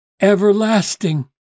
everlasting